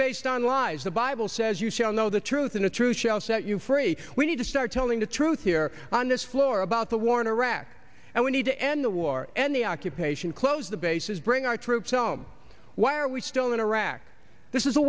based on lies the bible says you shall know the truth in a truth shall set you free we need to start telling the truth here on this floor about the war in iraq and we need to end the war end the occupation close the bases bring our troops home why are we still in iraq this is a